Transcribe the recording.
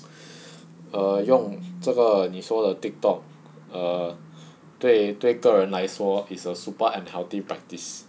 err 用这个你说的 TikTok err 对对个人来说 is a super unhealthy practice